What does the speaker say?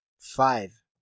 Five